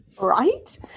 Right